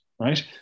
Right